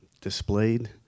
displayed